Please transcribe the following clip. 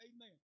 Amen